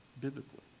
biblically